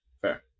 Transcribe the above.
fair